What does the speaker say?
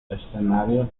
escenarios